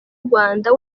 rwanda